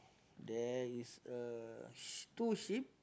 there is a sh~ two ship